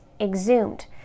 exhumed